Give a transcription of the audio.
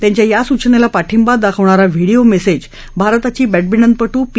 त्यांच्या या सूचनेला पाठिंबा दर्शवणारा व्हीडीयो मेसेज भारताची बह्यमिंटन पटू पी